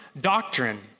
doctrine